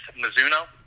Mizuno